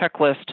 checklist